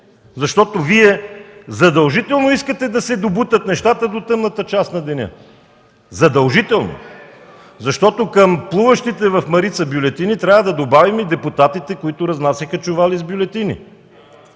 защото Вие задължително искате да се добутат нещата до тъмната част на деня. Задължително! Защото към плуващите в Марица бюлетини трябва да добавим и депутатите, които разнасяха чували с бюлетини.